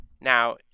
Now